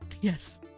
Yes